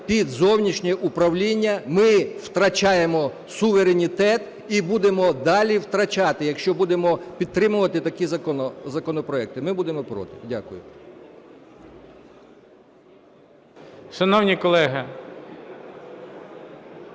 під зовнішнє управління, ми втрачаємо суверенітет і будемо далі втрачати, якщо будемо підтримувати такі законопроекти. Ми будемо проти. Дякую.